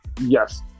Yes